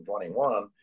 2021